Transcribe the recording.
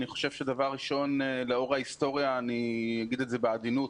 אני חושב שלאור ההיסטוריה אני אומר את זה בעדינות